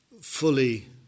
fully